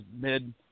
mid